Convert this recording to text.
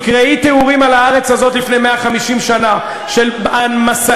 תקראי תיאורים על הארץ הזאת לפני 150 שנה של מסעי,